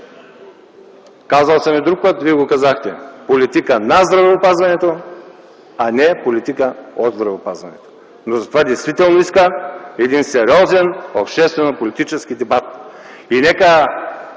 Казвал съм го и друг път, а и вие го казахте – политика на здравеопазването, а не политика от здравеопазването. Но това действително иска сериозен обществено-политически дебат.